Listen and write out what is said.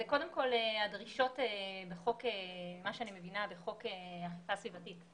זה קודם כול הדרישות בחוק אכיפה סביבתית.